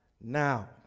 now